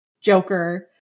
Joker